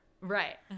right